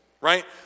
right